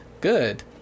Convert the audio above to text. good